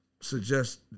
suggest